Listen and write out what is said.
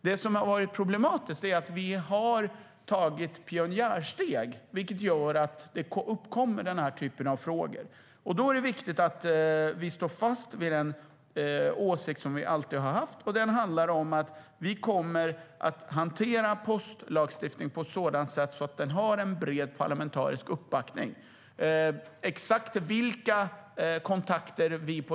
Vad som är problematiskt är att vi har tagit pionjärsteg, vilket gör att den här typen av frågor uppkommer, och då är det viktigt att vi står fast vid den åsikt som vi alltid har haft och som handlar om att vi kommer att hantera postlagstiftningen på ett sådant sätt så att den har en bred parlamentarisk uppbackning.